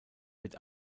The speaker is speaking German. wird